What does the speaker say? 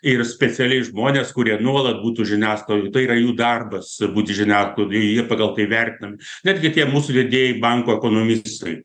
ir specialiai žmones kurie nuolat būtų žiniasklaido yra jų darbas būti žiniasklaidoj jie pagal tai vertinami netgi tie mūsų didieji banko ekonomistai